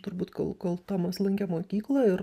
turbūt kol kol tomas lankė mokyklą ir